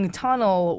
tunnel